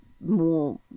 more